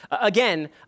Again